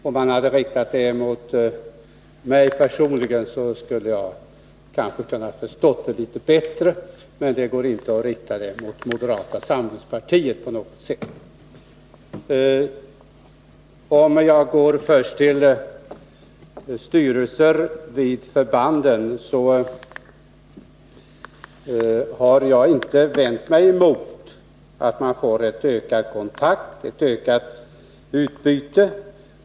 Om han hade riktat påståendet mot mig personligen skulle jag kanske kunnat förstå det litet bättre, men det går inte på något sätt att rikta det mot moderata samlingspartiet. Om jag först går till frågan om styrelser vid förbanden vill jag säga att jag inte vänt mig mot att man får ett ökat inflytande från samhället.